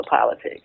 politics